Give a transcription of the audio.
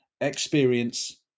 Experience